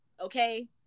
Okay